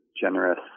generous